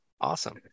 Awesome